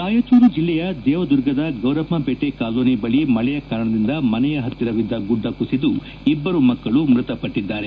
ರಾಯಚೂರು ಜೆಲ್ಲೆಯ ದೇವದುರ್ಗದ ಗೌರಮ್ನ ಪೇಟೆ ಕಾಲೋನಿ ಬಳಿ ಮಳೆಯ ಕಾರಣದಿಂದ ಮನೆಯ ಪತ್ತಿರವಿದ್ದ ಗುಡ್ಡ ಕುಸಿದು ಇಬ್ಬರು ಮಕ್ಕಳು ಮೃತಪಟ್ಟಿದ್ದಾರೆ